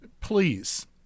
please